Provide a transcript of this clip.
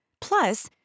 Plus